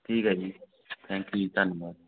ਠੀਕ ਹੈ ਜੀ ਥੈਂਕ ਊ ਜੀ ਧੰਨਵਾਦ